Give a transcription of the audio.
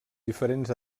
diferents